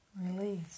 release